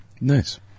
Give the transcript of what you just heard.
Nice